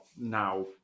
now